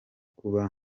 kuba